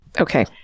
Okay